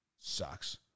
Sucks